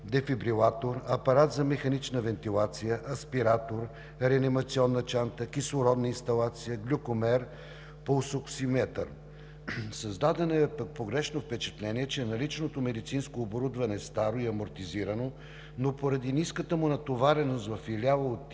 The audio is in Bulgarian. дефибрилатор, апарат за механична вентилация, аспиратор, реанимационна чанта, кислородна инсталация, глюкомер, пулсоксиметър. Създадено е погрешно впечатление, че наличното медицинско оборудване е старо и амортизирано, но поради ниската натовареност във филиали от типа